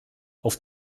auf